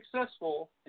successful